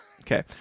Okay